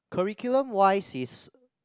curriculum wise is